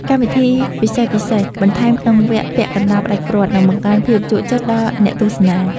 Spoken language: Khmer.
កម្មវិធីពិសេសៗបន្ថែមក្នុងវគ្គពាក់កណ្ដាលផ្ដាច់ព្រ័ត្រនឹងបង្កើនភាពជក់ចិត្តដល់អ្នកទស្សនា។